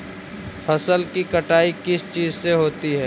फसल की कटाई किस चीज से होती है?